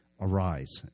arise